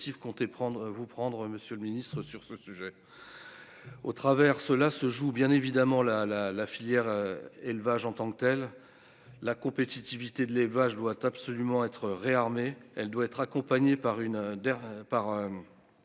comptez prendre-vous prendre Monsieur le Ministre, sur ce sujet au travers, cela se joue bien évidemment la la la filière élevage en tant que telle, la compétitivité de l'élevage doit absolument être réarmer, elle doit être accompagnée par une